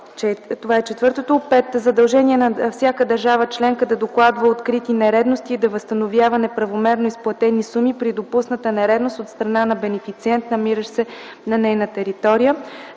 контрол; 5. задължението на всяка държава членка да докладва открити нередности и да възстановява неправомерно изплатени суми при допусната нередност от страна на бенефициент, намиращ се на нейна територия;